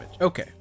Okay